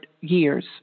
years